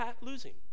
losing